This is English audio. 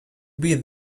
beat